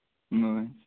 اۭں